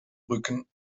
brücken